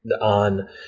on